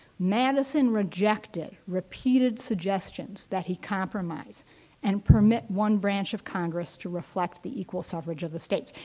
madison rejected repeated suggestions that he compromise and permit one branch of congress to reflect the equal suffrage of the states.